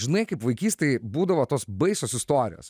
žinai kaip vaikystėj būdavo tos baisios istorijos